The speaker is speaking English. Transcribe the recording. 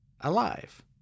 alive